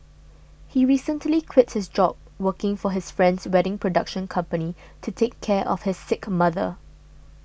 he recently quit his job working for his friend's wedding production company to take care of his sick mother